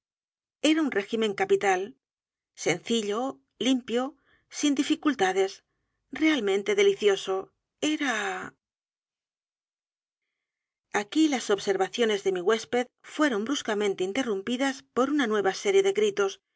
y cuentos régimen capital sencillo limpio sin dificultades realmente delicioso era aquí las observaciones de mi huésped fueron bruscamente interrumpidas por una nueva serie de gritos